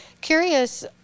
curious